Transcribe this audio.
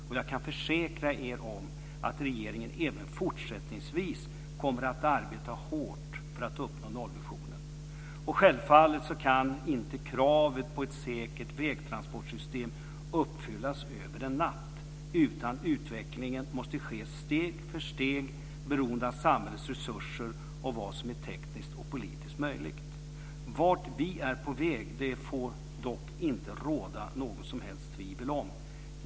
Och jag kan försäkra er om att regeringen även fortsättningsvis kommer att arbeta hårt för att uppnå nollvisionen. Självfallet kan inte kravet på ett säkert vägtransportsystem uppfyllas över en natt, utan utvecklingen måste ske steg för steg beroende av samhällets resurser och vad som är tekniskt och politiskt möjligt. Det får dock inte råda något som helst tvivel om vart vi är på väg.